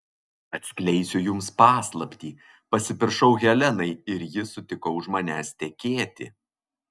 atskleisiu jums paslaptį pasipiršau helenai ir ji sutiko už manęs tekėti